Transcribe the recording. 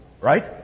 right